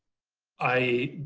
i,